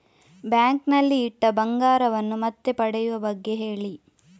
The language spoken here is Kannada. ಬ್ಯಾಂಕ್ ನಲ್ಲಿ ಇಟ್ಟ ಬಂಗಾರವನ್ನು ಮತ್ತೆ ಪಡೆಯುವ ಬಗ್ಗೆ ಹೇಳಿ